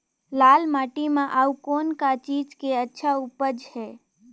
लाल माटी म अउ कौन का चीज के अच्छा उपज है?